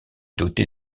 doté